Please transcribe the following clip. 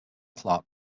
clark